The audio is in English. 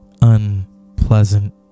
unpleasant